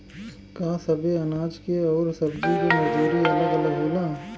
का सबे अनाज के अउर सब्ज़ी के मजदूरी अलग अलग होला?